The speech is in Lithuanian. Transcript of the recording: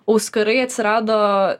auskarai atsirado